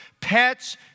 Pets